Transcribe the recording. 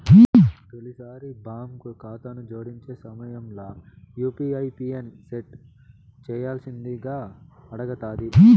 తొలిసారి బాంకు కాతాను జోడించే సమయంల యూ.పీ.ఐ పిన్ సెట్ చేయ్యాల్సిందింగా అడగతాది